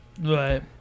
Right